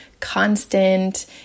constant